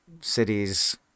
cities